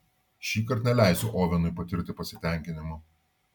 šįkart neleisiu ovenui patirti pasitenkinimo